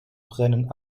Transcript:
brennen